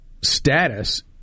status